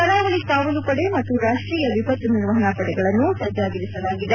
ಕರಾವಳಿ ಕಾವಲು ಪಡೆ ಮತ್ತು ರಾಷ್ಟೀಯ ವಿಪತ್ತು ನಿರ್ವಹಣಾ ಪಡೆಗಳನ್ನು ಸಜ್ನಾಗಿರಿಸಲಾಗಿದೆ